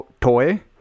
toy